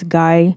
guy